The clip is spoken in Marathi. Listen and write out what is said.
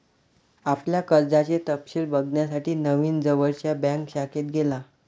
आपल्या कर्जाचे तपशिल बघण्यासाठी नवीन जवळच्या बँक शाखेत गेला